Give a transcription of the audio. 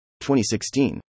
2016